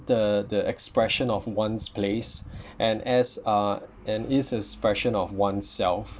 the the expression of one's place and as uh and it's expression of oneself